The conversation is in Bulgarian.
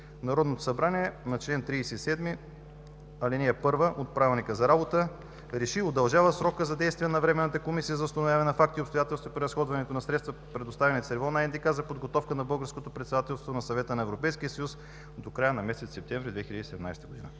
Народното събрание на основание чл. 37, ал. 1 от Правилника за работа РЕШИ: Удължава срока на действие на Временната комисия за установяване на факти и обстоятелства при разходването на средства, предоставени целево на НДК за подготовка на българското председателство на Съвета на Европейския съюз, до края на месец септември 2017 г.“